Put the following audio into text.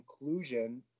inclusion